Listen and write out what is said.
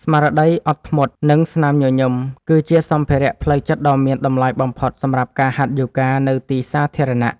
ស្មារតីអត់ធ្មត់ និងស្នាមញញឹម គឺជាសម្ភារៈផ្លូវចិត្តដ៏មានតម្លៃបំផុតសម្រាប់ការហាត់យូហ្គានៅទីសាធារណៈ។